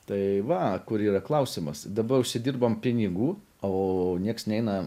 tai va kur yra klausimas daba užsidirbam pinigų o nieks neina